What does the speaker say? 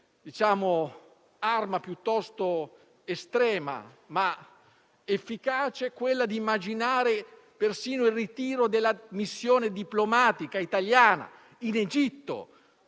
arma piuttosto estrema, ma efficace, quella di immaginare persino il ritiro della missione diplomatica italiana in Egitto,